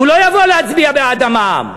הוא לא יבוא להצביע בעד המע"מ.